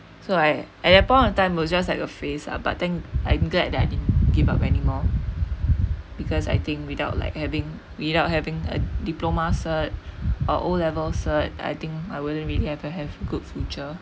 so I at that point of time was just like a phase ah but think I'm glad that I didn't give up anymore because I think without like having without having a diploma cert or O level cert I think I wouldn't really have uh have good future